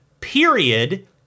period